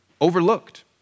overlooked